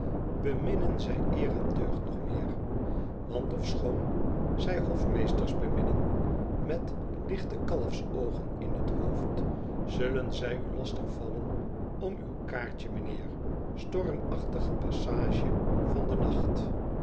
zij eer en deugd nog meer want ofschoon zij hofmeesters beminnen met lichte kalfsoogen in t hoofd zullen zij u lastig vallen om uw kaartje m'nheer stormachtige passage van nacht